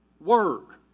work